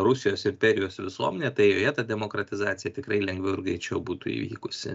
rusijos imperijos visuomenė tai joje ta demokratizacija tikrai lengviau ir greičiau būtų įvykusi